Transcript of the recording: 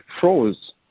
froze